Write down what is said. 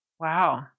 Wow